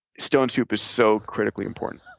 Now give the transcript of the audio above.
stone soup is so critically important.